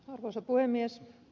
arvoisa puhemies